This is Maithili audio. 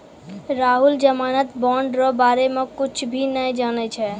राहुल जमानत बॉन्ड रो बारे मे कुच्छ भी नै जानै छै